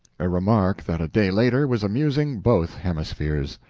a remark that a day later was amusing both hemispheres.